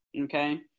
okay